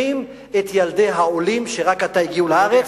מחנכים את ילדי העולים שרק עתה הגיעו לארץ,